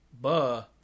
Buh